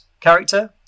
character